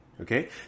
Okay